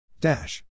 Dash